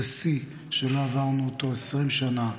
זה שיא שלא עברנו אותו 20 שנה,